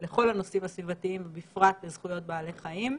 לכל הנושאים הסביבתיים ובפרט לזכויות בעלי חיים.